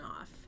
off